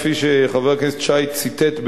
כפי שחבר הכנסת שי ציטט,